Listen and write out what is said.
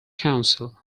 council